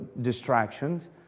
distractions